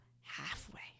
halfway